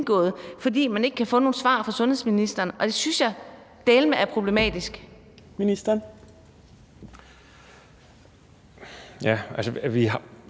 fordi man ikke kan få nogen svar fra sundhedsministeren, og det synes jeg dæleme er problematisk. Kl. 14:40 Fjerde